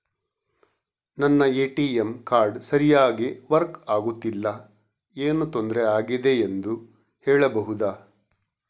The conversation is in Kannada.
ನನ್ನ ಎ.ಟಿ.ಎಂ ಕಾರ್ಡ್ ಸರಿಯಾಗಿ ವರ್ಕ್ ಆಗುತ್ತಿಲ್ಲ, ಏನು ತೊಂದ್ರೆ ಆಗಿದೆಯೆಂದು ಹೇಳ್ಬಹುದಾ?